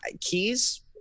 keys